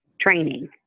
training